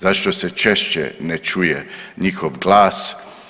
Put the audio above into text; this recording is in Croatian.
Zašto se češće ne čuje njihov glas?